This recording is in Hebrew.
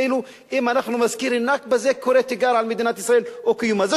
כאילו אם אנחנו נזכיר "נכבה" זה קורא תיגר על מדינת ישראל או על קיומה,